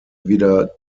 wieder